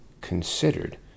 considered